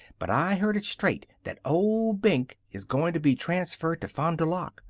but i heard it straight that old benke is going to be transferred to fond du lac.